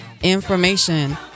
information